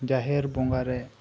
ᱡᱟᱦᱮᱨ ᱵᱚᱸᱜᱟ ᱨᱮ